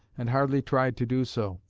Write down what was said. and hardly tried to do so.